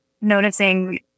noticing